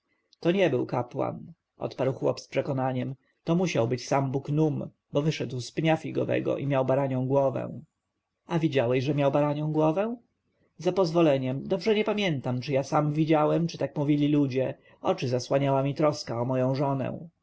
to nie był kapłan odparł chłop z przekonaniem to musiał być sam bóg num bo wyszedł z pnia figowego i miał baranią głowę a widziałeś że miał baranią głowę za pozwoleniem dobrze nie pamiętam czy ja sam widziałem czy tak mówili ludzie oczy zasłaniała mi troska o moją żonę